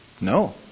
No